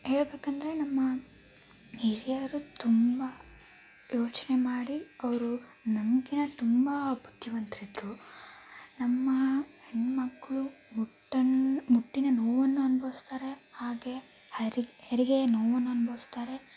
ಹೇಳಬೇಕಂದ್ರೆ ನಮ್ಮ ಹಿರಿಯರು ತುಂಬ ಯೋಚನೆ ಮಾಡಿ ಅವರು ನಮ್ಕಿಂತ ತುಂಬ ಬುದ್ದಿವಂತರಿದ್ರು ನಮ್ಮ ಹೆಣ್ಣುಮಕ್ಳು ಮುಟ್ಟನ್ನ ಮುಟ್ಟಿನ ನೋವನ್ನು ಅನ್ಭವಿಸ್ತಾರೆ ಹಾಗೇ ಹ್ಯಾರಿ ಹೆರಿಗೆಯ ನೋವನ್ನು ಅನ್ಭವಿಸ್ತಾರೆ